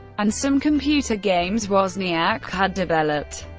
and some computer games wozniak had developed.